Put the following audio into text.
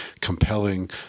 compelling